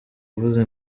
kuvuza